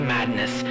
Madness